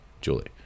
Julie